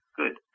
good